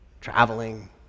traveling